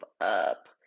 up